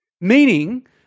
Meaning